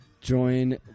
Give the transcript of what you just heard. join